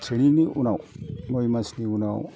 ट्रेनिंनि उनाव नय मासनि उनाव